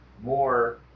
More